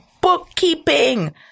bookkeeping